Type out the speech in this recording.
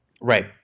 Right